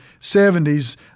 70s